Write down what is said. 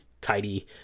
tidy